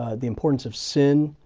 ah the importance of sin.